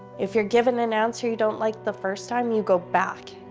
if you're given an answer you don't like the first time, you go back,